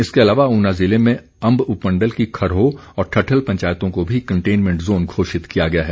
इसके अलावा ऊना ज़िले में अंब उपमंडल की खरोह और ठठल पंचायतों को भी कंटेनमेंट जोन घोषित किया गया है